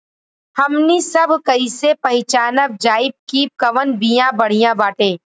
हमनी सभ कईसे पहचानब जाइब की कवन बिया बढ़ियां बाटे?